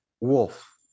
wolf